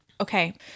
Okay